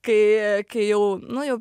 kai kai jau nu jau